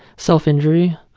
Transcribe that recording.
self-injury.